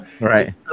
Right